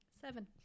Seven